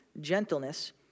gentleness